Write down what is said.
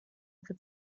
could